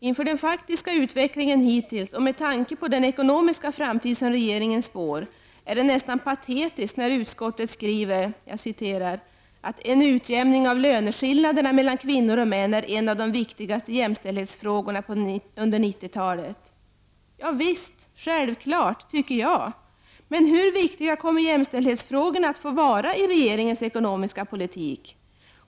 Inför den faktiska utvecklingen hittills och med tanke på den ekonomiska framtid som regeringen spår är det nästan patetiskt att utskottet skriver att ''en utjämning av löneskillnaderna mellan kvinnor och män är en av de viktigaste jämställdhetsfrågorna under 90-talet''. Ja visst, självklart, tycker jag, men hur viktiga kommer jämställdhetsfrågorna att få vara i regeringens ekonomiska politik?